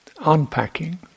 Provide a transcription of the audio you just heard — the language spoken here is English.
unpacking